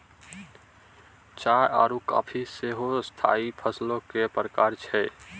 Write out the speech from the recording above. चाय आरु काफी सेहो स्थाई फसलो के प्रकार छै